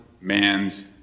man's